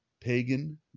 pagan